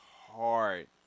hard